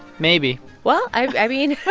maybe well, i mean.